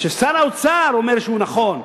ששר האוצר אומר שהוא נכון.